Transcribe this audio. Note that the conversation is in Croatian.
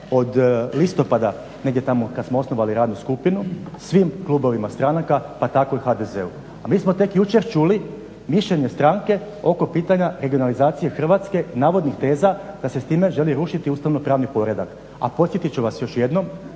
od listopada negdje tamo kad smo osnovali radnu skupinu svim klubovima stranaka pa tako i HDZ-u. A mi smo tek jučer čuli mišljenje stranke oko pitanja regionalizacije Hrvatske i navodnih teza da se s time želi rušiti ustavno-pravni poredak. A podsjetit ću vas još jednom